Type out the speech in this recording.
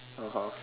(uh huh)